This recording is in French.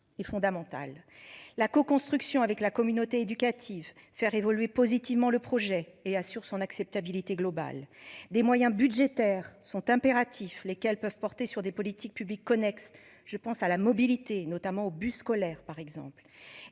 La co-construction avec la communauté éducative faire évoluer positivement le projet et assure son acceptabilité globale des moyens budgétaires sont impératifs, lesquels peuvent porter sur des politiques publiques connexes. Je pense à la mobilité, notamment au bus scolaire par exemple,